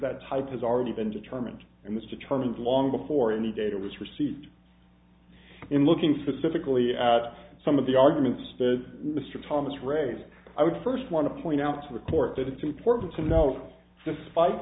that type has already been determined and was determined long before any data was received in looking specifically at some of the arguments that mr thomas raised i would first want to point out to the court that it's important to know despite